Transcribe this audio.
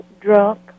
drunk